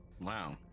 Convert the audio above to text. Wow